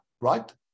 right